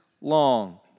long